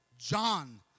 John